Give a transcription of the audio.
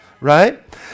Right